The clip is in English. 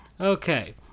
Okay